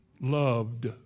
loved